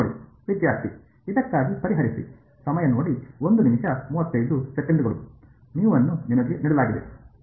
ವಿದ್ಯಾರ್ಥಿ ಇದಕ್ಕಾಗಿ ಪರಿಹರಿಸಿ μ ಅನ್ನು ನಿಮಗೆ ನೀಡಲಾಗಿದೆ ಅದನ್ನು ಪರಿಹರಿಸುವ ಅಗತ್ಯವಿಲ್ಲ